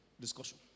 discussion